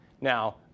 Now